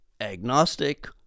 agnostic